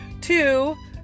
Two